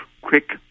quick